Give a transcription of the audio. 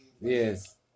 yes